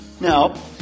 Now